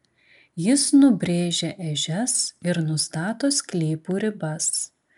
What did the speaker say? jis nubrėžia ežias ir nustato sklypų ribas